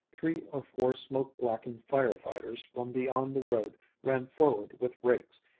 three or four smoke-blackened fire-fighters from beyond the road ran forward with rakes,